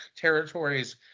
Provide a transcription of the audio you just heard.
territories